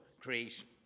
creation